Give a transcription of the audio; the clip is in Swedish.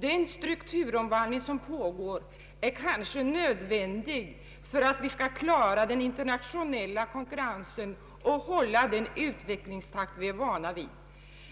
Den strukturomvandling som pågår är kanske nödvändig för att vi skall kunna klara den internationella konkurrensen och hålla den utvecklingstakt som vi är vana vid.